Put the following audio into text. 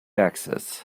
access